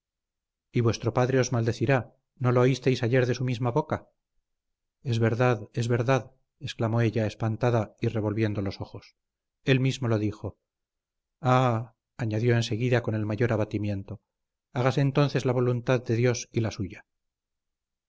y vuestro padre os maldecirá no lo oísteis ayer de su misma boca es verdad es verdad exclamó ella espantada y revolviendo los ojos él mismo lo dijo ah añadió enseguida con el mayor abatimiento hágase entonces la voluntad de dios y la suya